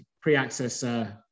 pre-access